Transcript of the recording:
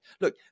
look